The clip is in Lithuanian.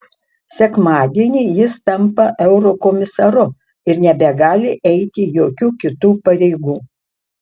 sekmadienį jis tampa eurokomisaru ir nebegali eiti jokių kitų pareigų